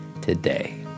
today